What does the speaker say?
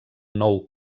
nou